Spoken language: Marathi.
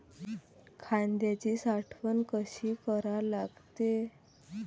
कांद्याची साठवन कसी करा लागते?